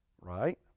Right